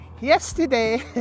yesterday